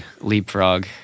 Leapfrog